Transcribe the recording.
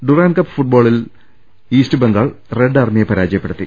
Durand cup ഫുട്ബോളിൽ East Bengal red ആർമിയെ പരാജയപ്പെടുത്തി